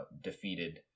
defeated